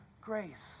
grace